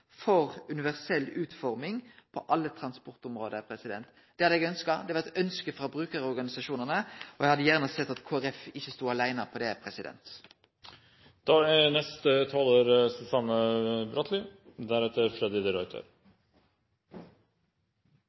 for universell utforming på alle transportområde. Det hadde eg ønskt, det er eit ønske frå brukarorganisasjonane, og eg hadde gjerne sett at Kristeleg Folkeparti ikkje